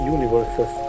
Universes